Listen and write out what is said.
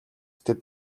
тэд